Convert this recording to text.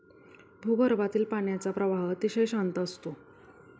भूगर्भातील पाण्याचा प्रवाह अतिशय शांत असतो